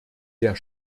der